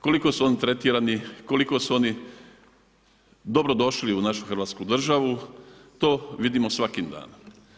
Koliko su oni tretirani, koliko su oni dobrodošli u našu Hrvatsku državu to vidimo svakim danom.